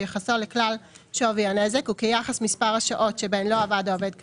שיחסו לכלל שווי הנזק הוא כיחס מספר השעות שבהן לא עבד העובד כאמור,